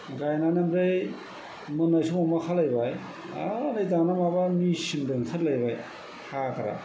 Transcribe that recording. गायनानै ओमफ्राय मोननाय समाव मा खालामबाय आरो दाना माबा मेचिन बो ओंखारलायबाय हाग्रा